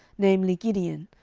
namely, gideon,